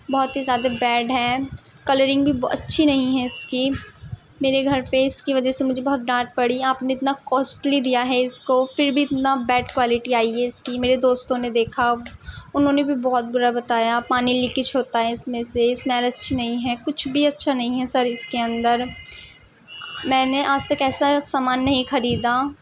بہت ہی زیادہ بیڈ ہے کلرنگ بھی اچھی نہیں ہے اس کی میرے گھر پہ اس کی وجہ سے مجھے بہت ڈانٹ پڑی آپ نے اتنا کوسٹلی دیا ہے اس کو پھر بھی اتنا بیڈ کوالٹی آئی ہے اس کی میرے دوستوں نے دیکھا انہوں نے بھی بہت برا بتایا پانی لیکیج ہوتا ہے اس میں سے اسمیل اچھی نہیں ہے کچھ بھی اچھا نہیں ہے سر اس کے اندر میں نے آج تک ایسا سامان نہیں خریدا